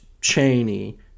Cheney